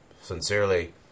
sincerely